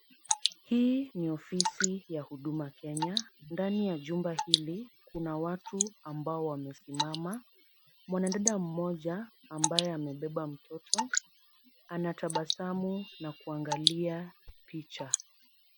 Hii ni ofisi ya huduma kenya. Ndani ya jumba hili kuna watu ambao wamesimama. Mwanadada mmoja ambaye amebeba mtoto anatabasamu na kuangalia picha.